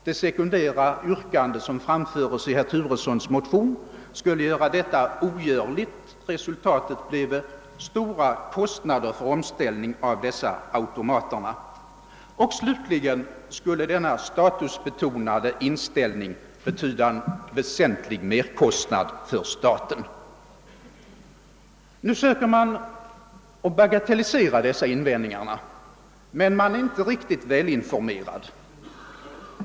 Det sekundära yrkande som framföres i herr Turessons motion skulle göra detta outförbart. Resultatet bleve stora kostnader för omställning av dessa automater. Slutligen skulle de statusbetonade önskemålen betyda en väsentlig merkostnad för staten. Nu söker man bagatellisera dessa invändningar, men man är inte riktigt välinformerad.